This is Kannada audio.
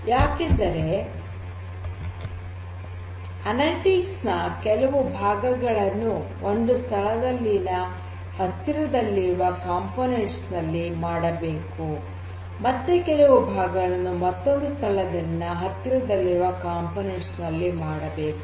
ಯಾಕೆಂದರೆ ಅನಲಿಟಿಕ್ಸ್ ನ ಕೆಲವು ಭಾಗಗಳನ್ನು ಒಂದು ಸ್ಥಳದಲ್ಲಿನ ಹತ್ತಿರಲ್ಲಿರುವ ಘಟಕದಲ್ಲಿ ಮಾಡಬೇಕು ಮತ್ತೆ ಕೆಲವು ಭಾಗಗಳನ್ನು ಮತ್ತೊಂದು ಸ್ಥಳದಲ್ಲಿನ ಹತ್ತಿರಲ್ಲಿರುವ ಘಟಕದಲ್ಲಿ ಮಾಡಬೇಕು